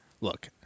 Look